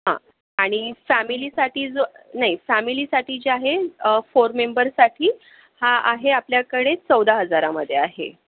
हां आणि फॅमिलीसाठी जो नाही फॅमिलीसाठी जे आहे फोर मेंबरसाठी हा आहे आपल्याकडे चौदा हजारामध्ये आहे